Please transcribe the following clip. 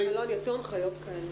שהם מבינים מה קורה עכשיו.